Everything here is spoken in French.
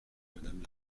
madame